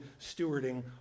stewarding